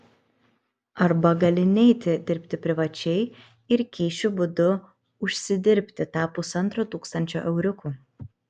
arba gali neiti dirbti privačiai ir kyšių būdu užsidirbti tą pusantro tūkstančio euriukų